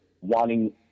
wanting